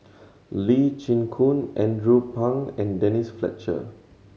Lee Chin Koon Andrew Phang and Denise Fletcher